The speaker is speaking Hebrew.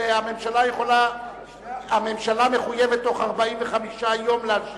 והממשלה מחויבת בתוך 45 יום להשיב,